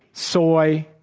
soy,